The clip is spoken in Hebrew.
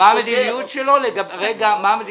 אני --- אני רוצה מכתב מה המדיניות